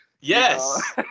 Yes